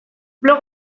blog